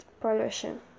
pollution